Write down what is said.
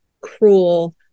cruel